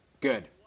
Good